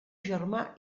germà